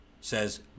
says